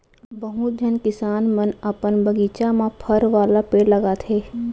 बहुत झन किसान मन अपन बगीचा म फर वाला पेड़ लगाथें